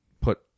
put